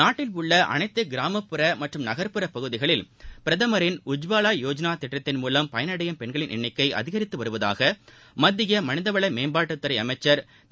நாட்டில் உள்ள அனைத்து கிராமப்புற மற்றும் நகர்ப்புறப் பகுதிகளில் பிரதமரின் உஜ்வாவா யோஜ்னா திட்டத்தின் மூலம் பயனடையும் பெண்களின் எண்ணிக்கை அதிகித்து வருவதாக மத்திய மனிதவள மேம்பாட்டுத்துறை அமைச்சர் திரு